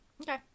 Okay